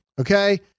Okay